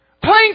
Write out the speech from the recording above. Playing